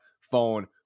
phone